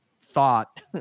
thought